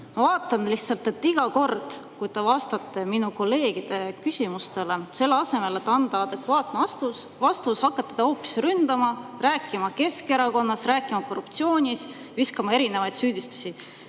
vaatasin, et iga kord, kui te vastate minu kolleegide küsimustele, siis selle asemel, et anda adekvaatne vastus, hakkate te hoopis ründama, rääkima Keskerakonnast, rääkima korruptsioonist, viskama erinevaid süüdistusi.